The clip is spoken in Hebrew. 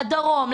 לדרום,